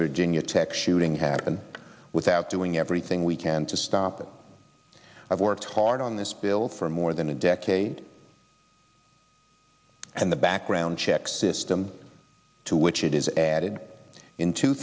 virginia tech shooting happen without doing everything we can to stop them i've worked hard on this bill for more than a decade and the background check system to which it is added in two